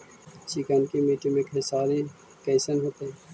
चिकनकी मट्टी मे खेसारी कैसन होतै?